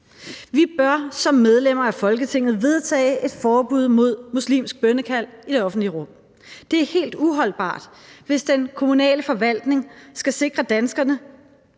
Vi bør som medlemmer af Folketinget vedtage et forbud mod muslimsk bønnekald i det offentlige rum. Det er helt uholdbart, hvis det er den kommunale forvaltning, der skal sikre danskerne